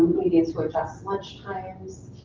needing to adjust lunchtimes,